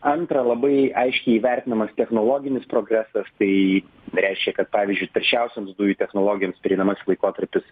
antra labai aiškiai įvertinamas technologinis progresas tai reiškia kad pavyzdžiui taršiausioms dujų technologijoms pereinamasis laikotarpis